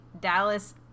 Dallas